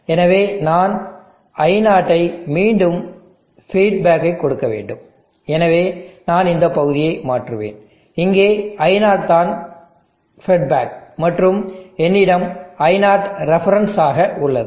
எனவே நான் i0 ஐ மீண்டும் ஃபெட்பேக்கை கொடுக்க வேண்டும் எனவே நான் இந்த பகுதியை மாற்றுவேன் இங்கே i0 தான் ஃபெட்பேக் மற்றும் என்னிடம் i0 ரெஃபரன்ஸ் ஆக உள்ளது